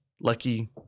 lucky